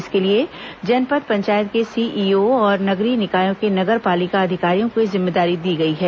इसके लिए जनपद पंचायत के सीईओ और नगरीय निकायों के नगर पालिका अधिकारियों को जिम्मेदारी दी गई है